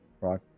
right